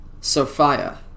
Sophia